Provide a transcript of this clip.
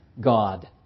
God